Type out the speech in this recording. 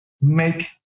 make